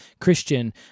Christian